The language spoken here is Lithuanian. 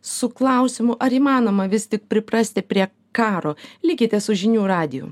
su klausimu ar įmanoma vis tik priprasti prie karo likite su žinių radiju